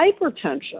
hypertension